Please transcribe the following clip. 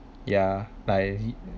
ya like